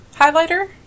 Highlighter